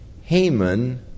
Haman